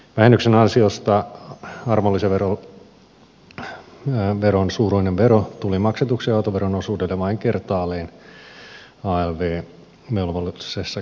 vähennyksen ansiosta arvonlisäveron suuruinen vero tuli maksetuksi autoveron osuudelle vain kertaalleen alv velvollisessa ketjussa